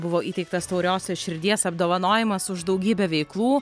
buvo įteiktas tauriosios širdies apdovanojimas už daugybę veiklų